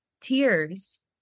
tears